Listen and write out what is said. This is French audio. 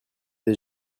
des